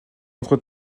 entre